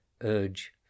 urge